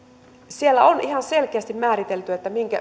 on ihan selkeästi määritelty